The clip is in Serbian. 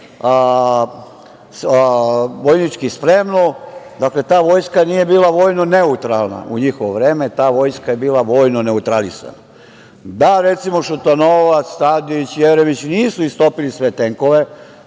vojnički spremnu? Dakle, ta Vojska nije bila vojno neutralna u njihovo vreme, ta Vojska je bila vojno neutralisana. Da Šutanovac, Tadić, Jeremić nisu istopili sve tenkove,